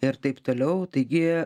ir taip toliau taigi